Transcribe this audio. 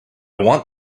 want